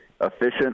efficient